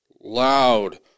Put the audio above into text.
loud